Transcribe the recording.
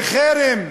וחרם,